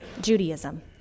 Judaism